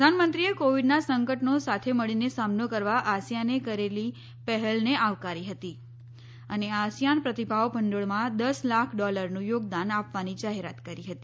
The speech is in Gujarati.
પ્રધાનમંત્રીએ કોવિડનાં સંકટનો સાથે મળીને સામનો કરવા આસીયાને કરેલી પહેલને આવાકારી હતી અને આસિયાન પ્રતિભાવ ભંડોળમાં દસ લાખ ડોલરનું યોગદાન આપવાની જાહેરાત કરી હતી